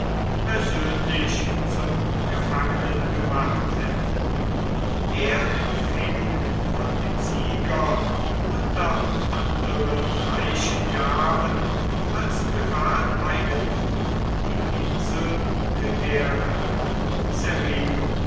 persönlich zum gefangenen gemacht hätte er empfing von dem sieger unter anderen reichen gaben als privateigentum die insel